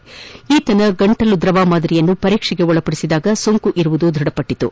ಈ ವ್ಯಕ್ತಿಯ ಗಂಟಲು ದ್ರವ ಮಾದರಿಯನ್ನು ಪರೀಕ್ಷೆಗೆ ಒಳಪಡಿಸಿದಾಗ ಸೋಂಕು ಇರುವುದು ದೃಢಪಟ್ಟಿತು